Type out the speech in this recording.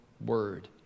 word